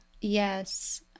Yes